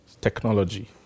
technology